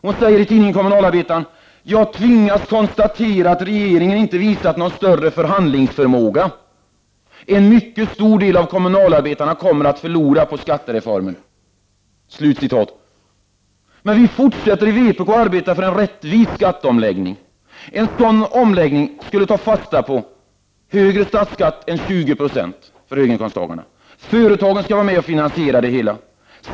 Hon säger i tidningen Kommunalarbetaren: ”Jag tvingas konstatera att regeringen inte visat någon större förhandlingsförmåga —---. En mycket stor del av kommunalarbetarna kommer att förlora på skattereformen.” I vpk fortsätter vi att arbeta för en rättvis skatteomläggning. En sådan omläggning skulle ta fasta på följande: Högre statsskatt än 2096 för höginkomsttagarna. Företagen skall vara med och finansiera det hela.